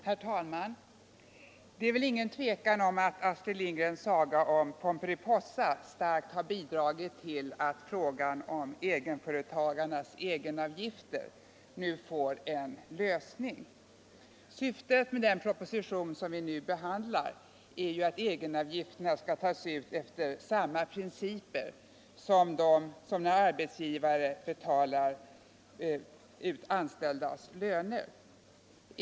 Herr talman! Det är väl inget tvivel om att Astrid Lindgrens saga om Pomperipossa starkt bidragit till att frågan om egenföretagarnas egenavgifter nu får en lösning. Syftet med den proposition som vi nu behandlar är att egenavgifterna skall tas ut efter samma principer som de avgifter som arbetsgivaren betalar på anställdas löner.